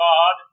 God